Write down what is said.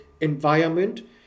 environment